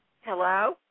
Hello